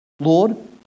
Lord